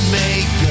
make